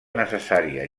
necessària